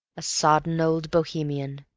a sodden old bohemian,